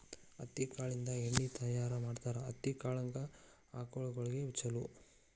ಹತ್ತಿ ಕಾಳಿಂದ ಎಣ್ಣಿ ತಯಾರ ಮಾಡ್ತಾರ ಹತ್ತಿ ಕಾಳ ಆಕಳಗೊಳಿಗೆ ಚುಲೊ